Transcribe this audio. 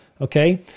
Okay